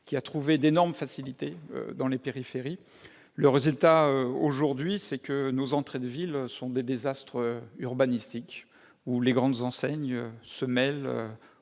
ayant trouvé d'énormes facilités dans les périphéries. Résultat, nos entrées de villes sont des désastres urbanistiques, où les grandes enseignes se mêlent